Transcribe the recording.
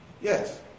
Yes